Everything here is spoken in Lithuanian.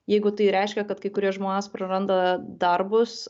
jeigu tai reiškia kad kai kurie žmonės praranda darbus